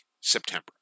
September